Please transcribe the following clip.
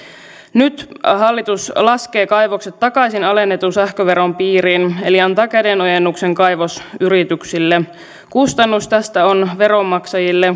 nyt hallitus laskee kaivokset takaisin alennetun sähköveron piiriin eli antaa kädenojennuksen kaivosyrityksille kustannus tästä on veronmaksajille